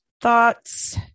thoughts